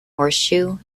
horseshoe